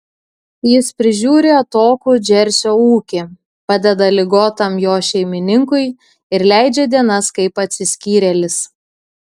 jis prižiūri atokų džersio ūkį padeda ligotam jo šeimininkui ir leidžia dienas kaip atsiskyrėlis